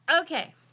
okay